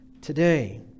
today